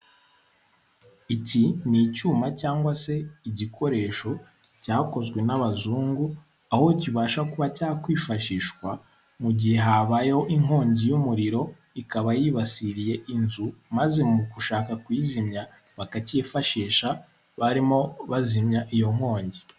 Iki ni icyuma cyangwa se igikoresho cyakozwe n'abazungu, aho kibasha kuba cyakwifashishwa mu gihe habayeho inkongi y'umuriro ikaba yibasiriye inzu maze mu gushaka kuyizimya bakacyifashisha barimo bazimya iyo nkongi.